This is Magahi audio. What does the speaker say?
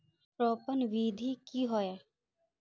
रोपण विधि की होय?